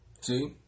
See